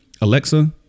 Alexa